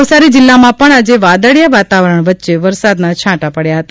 નવસારી જિલ્લામાં પણ આજે વાદળીયા વાતાવરણ વચ્ચે વરસાતના છાંટા પડયા હતા